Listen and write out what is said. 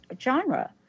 genre